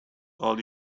all